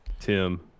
Tim